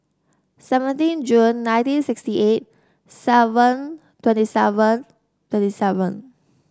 seventeen June nineteen sixty eight seven twenty seven twenty seven